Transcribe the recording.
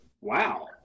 Wow